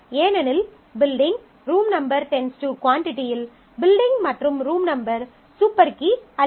ஏனெனில் building room number குவான்டிட்டியில் building room number→ capacity building மற்றும் ரூம் நம்பர் சூப்பர் கீ அல்ல